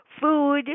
food